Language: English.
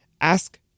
Ask